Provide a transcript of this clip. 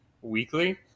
weekly